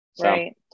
Right